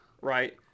Right